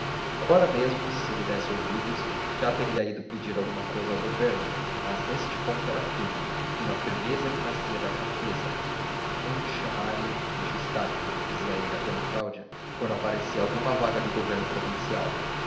agora mesmo se lhe desse ouvidos já teria ido pedir alguma cousa ao governo mas neste ponto era firme de uma firmeza que nascia da fraqueza hão de chamar-me deixa estar dizia ele a d cláudia quando apareceu alguma vaga de governo provincial